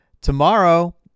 Tomorrow